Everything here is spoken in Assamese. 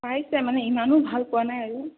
পাইছে মানে ইমানো ভাল পোৱা নাই আৰু